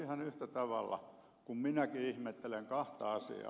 ihan yhtä lailla minäkin ihmettelen kahta asiaa